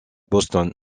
boston